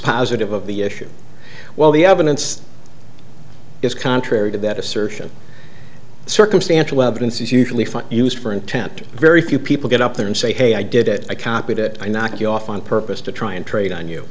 dispositive of the issue while the evidence is contrary to that assertion circumstantial evidence is usually used for intent very few people get up there and say hey i did it i copied it i knock you off on purpose to try and trade on you